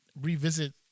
revisit